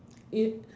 i~